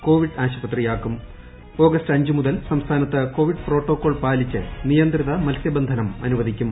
Covid ആശുപത്രിയാക്കും August അഞ്ച് മുതൽ സംസ്ഥാനത്ത് കോവിഡ് പ്രോട്ടോകോൾ പാലിച്ച് നിയന്ത്രിത മൽസ്യബന്ധനം അനുവദിക്കും